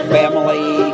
family